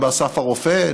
גם באסף הרופא,